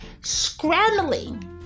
scrambling